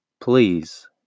please